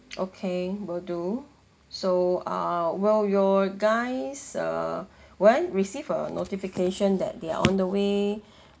okay will do so ah well your guys err will I receive a notification that they're on the way